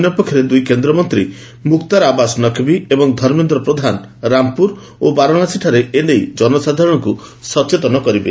ଅନ୍ୟପକ୍ଷରେ ଦୂଇ କେନ୍ଦ୍ରମନ୍ତ୍ରୀ ମୁକ୍ତାର ଆବାସ୍ ନକ୍ଭୀ ଏବଂ ଧର୍ମେନ୍ଦ୍ର ପ୍ରଧାନ ରାମପୁର ଏବଂ ବାରାଣସୀଠାରେ ଏ ନେଇ ଜନସାଧାରଣଙ୍କୁ ସଚେତନ କରିବେ